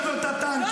יש לו את הטנקים,